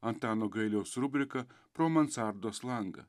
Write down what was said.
antano gailiaus rubrika pro mansardos langą